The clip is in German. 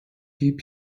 piep